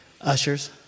Ushers